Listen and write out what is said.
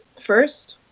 first